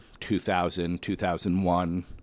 2000-2001